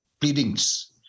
pleadings